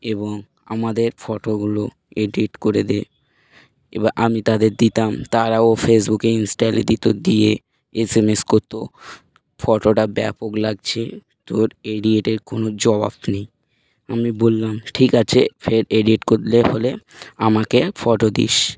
এবং আমাদের ফটোগুলো এডিট করে দে এবার আমি তাদের দিতাম তারাও ফেসবুকে ইনস্টাগ্রামে দিত দিয়ে এসএমএস করতো ফটোটা ব্যাপক লাগছে তোর এডিটের কোনো জবাব নেই আমি বললাম ঠিক আছে ফের এডিট করলে হলে আমাকে ফটো দিস